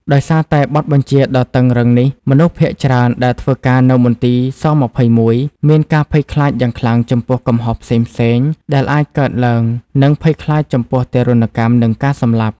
ដោយសារតែបទបញ្ជាដ៏តឹងរ៉ឹងនេះ មនុស្សភាគច្រើនដែលធ្វើការនៅមន្ទីរ ស-២១ មានការភ័យខ្លាចយ៉ាងខ្លាំងចំពោះកំហុសផ្សេងៗដែលអាចកើតឡើង និងភ័យខ្លាចចំពោះទារុណកម្ម និងការសម្លាប់។